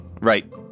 Right